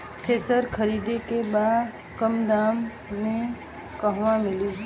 Thresher खरीदे के बा कम दाम में कहवा मिली?